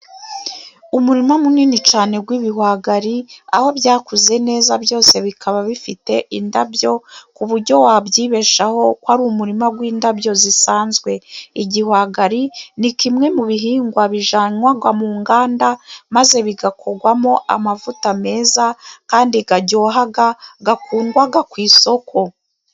Umurima munini cyane w' ibihwagari, aho byakuze neza byose bikaba bifite indabyo, kuburyo wabyibeshaho ko ari umurima w' indabyo zisanzwe; igihwagari ni kimwe mu bihingwa bijyanwa mu nganda maze bigakorwamo amavuta meza kandi aryoha, akundwa ku isoko.